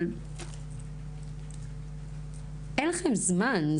אבל אין לכם זמן.